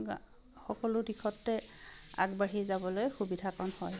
সকলো দিশতে আগবাঢ়ি যাবলৈ সুবিধাকণ হয়